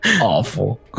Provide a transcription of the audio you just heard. Awful